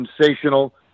sensational